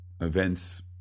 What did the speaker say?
events